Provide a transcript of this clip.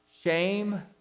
shame